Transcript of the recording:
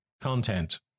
content